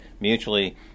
mutually